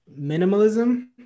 minimalism